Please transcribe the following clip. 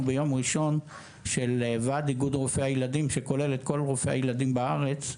ביום ראשון של ועד איגוד רופאי הילדים שכולל את כל רופאי הילדים בארץ,